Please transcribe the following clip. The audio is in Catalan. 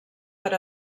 per